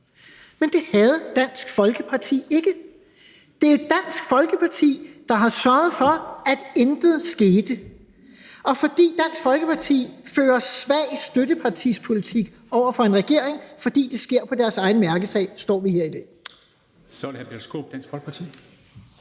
men det havde Dansk Folkeparti ikke. Det er Dansk Folkeparti, der har sørget for, at intet skete – og fordi Dansk Folkeparti har ført svag støttepartispolitik over for en regering, fordi det skete i deres egen mærkesag, står vi her i dag. Kl. 15:16 Formanden (Henrik